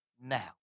now